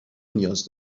نیاز